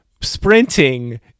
sprinting